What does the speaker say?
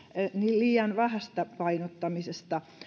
liian vähästä painottamisesta